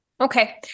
okay